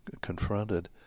confronted